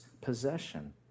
possession